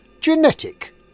genetic